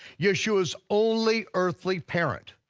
yeshua's only earthly parent.